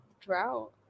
Drought